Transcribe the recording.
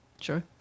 sure